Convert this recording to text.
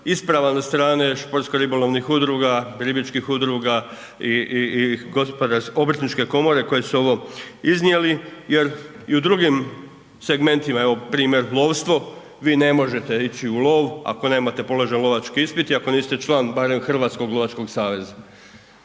ispravan od strane športsko ribolovnih udruga, ribičkih udruga i Obrtničke komore, koje su ovo iznijeli jer i u drugim segmentima je, evo primjer, lovstvo vi ne možete ići u lov, ako nemate položen lovački ispit i ako niste član barem Hrvatskog lovačkog saveza.